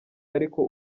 ariko